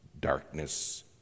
darkness